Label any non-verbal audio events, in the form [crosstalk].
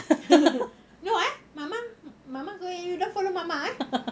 [laughs] no ah mama mama going already you don't follow mama ah